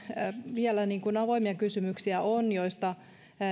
vielä avoimia kysymyksiä joista